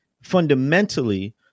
fundamentally